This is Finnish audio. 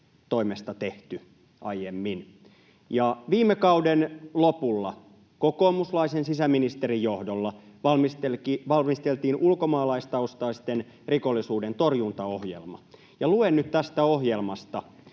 toimesta tehty aiemmin. Viime kauden lopulla kokoomuslaisen sisäministerin johdolla valmisteltiin ulkomaalaistaustaisten rikollisuuden torjuntaohjelma, ja luen nyt tästä ohjelmasta,